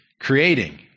creating